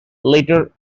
letter